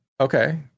Okay